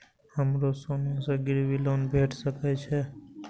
हमरो सोना से गिरबी लोन भेट सके छे?